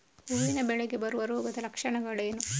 ಹೂವಿನ ಬೆಳೆಗೆ ಬರುವ ರೋಗದ ಲಕ್ಷಣಗಳೇನು?